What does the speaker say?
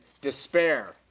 despair